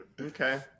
okay